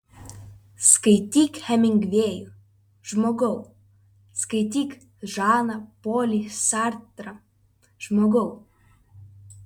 skaityk hemingvėjų žmogau skaityk žaną polį sartrą žmogau